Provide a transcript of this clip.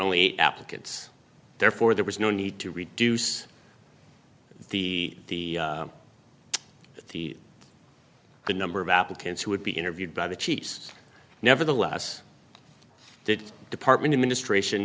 eight applicants therefore there was no need to reduce the the the number of applicants who would be interviewed by the chiefs nevertheless did department administration